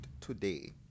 today